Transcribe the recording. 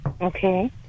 Okay